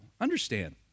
Understand